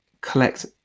collect